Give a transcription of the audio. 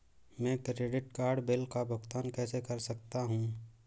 मैं credit card bill का भुगतान कैसे कर सकता हूं?